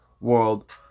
world